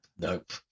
nope